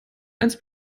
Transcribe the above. eins